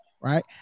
right